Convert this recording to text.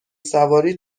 سواری